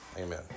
amen